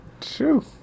True